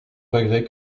regrets